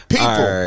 People